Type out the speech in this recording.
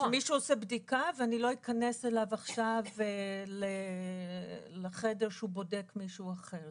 שמישהו עושה בדיקה ואני לא אכנס אליו עכשיו לחדר שהוא בודק מישהו אחר.